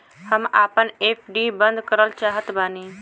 हम आपन एफ.डी बंद करल चाहत बानी